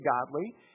godly